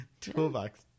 Toolbox